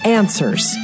answers